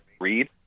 read